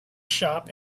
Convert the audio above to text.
shop